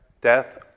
death